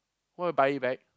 why buy it back